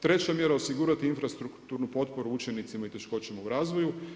Treća mjera osigurati infrastrukturnu potporu učenicima s teškoćama u razvoju.